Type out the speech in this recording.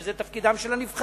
כשזה תפקידם של הנבחרים,